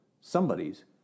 Somebody's